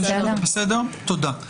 תודה.